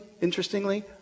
interestingly